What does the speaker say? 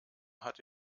hat